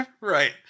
Right